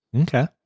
Okay